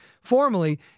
formally